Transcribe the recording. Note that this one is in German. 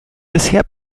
bisher